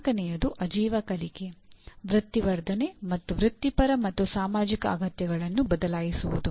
ನಾಲ್ಕನೆಯದು ಆಜೀವ ಕಲಿಕೆ ವೃತ್ತಿ ವರ್ಧನೆ ಮತ್ತು ವೃತ್ತಿಪರ ಮತ್ತು ಸಾಮಾಜಿಕ ಅಗತ್ಯಗಳನ್ನು ಬದಲಾಯಿಸುವುದು